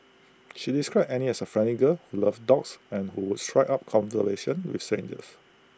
she described Annie as A friendly girl who loved dogs and who would strike up with strangers